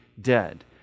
dead